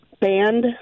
band